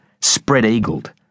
spread-eagled